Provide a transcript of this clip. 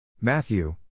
Matthew